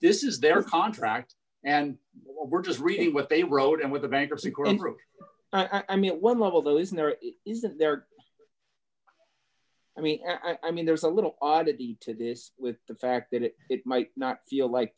this is their contract and we're just reading what they wrote and with the bankruptcy court and broke i mean at one level though isn't there isn't there i mean i mean there's a little oddity to this with the fact that it might not feel like